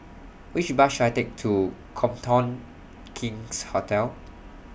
Which Bus should I Take to Copthorne King's Hotel